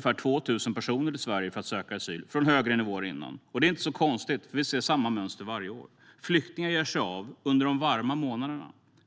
personer som kom till Sverige för att söka asyl, från tidigare höga nivåer till ungefär 2 000 personer. Det är inte konstigt. Vi ser samma mönster varje år. Flyktingar ger sig av under de varma månaderna.